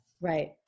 right